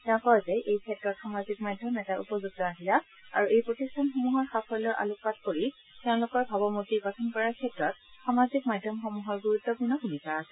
তেওঁ কয় যে এই ক্ষেত্ৰত সামাজিক মাধ্যম এটা উপযুক্ত আহিলা আৰু এই প্ৰতিষ্ঠানসমূহৰ সাফল্যৰ আলোকপাত কৰি তেওঁলোকৰ ভাৱমূৰ্তি গঠন কৰাৰ ক্ষেত্ৰত সমাজিক মাধ্যমসমূহৰ গুৰুত্বপূৰ্ণ ভূমিকা আছে